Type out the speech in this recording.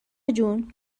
جون